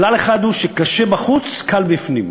כלל אחד הוא שקשה בחוץ, קל בפנים.